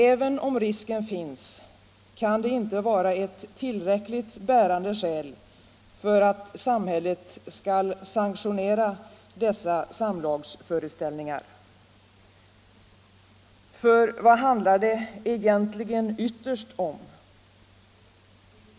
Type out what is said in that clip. Även om risken finns, kan det inte vara ett tillräckligt bärande skäl för att samhället skall sanktionera dessa samlagsföreställningar. För vad handlar det egentligen ytterst om?